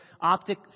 optic